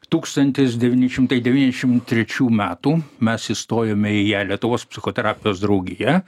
tūkstantis devyni šimtai devyniasdešim trečių metų mes įstojome į ją lietuvos psichoterapijos draugija